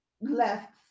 left